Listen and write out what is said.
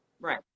right